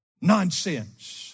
nonsense